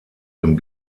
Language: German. dem